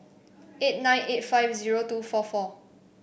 eight nine eight five zero two four four